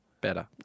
Better